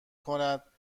کند